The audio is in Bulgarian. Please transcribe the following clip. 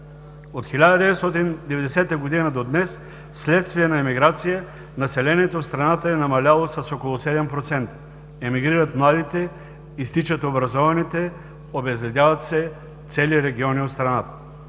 От 1990 г. до днес вследствие на емиграция населението в страната е намаляло с около 7%. Емигрират младите, изтичат образованите, обезлюдяват се цели региони от страната.